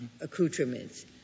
accoutrements